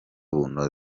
bunoze